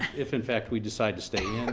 if in fact we decide to stay in,